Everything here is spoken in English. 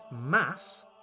Mass